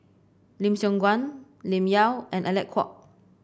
Lim Siong Guan Lim Yau and Alec Kuok